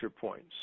points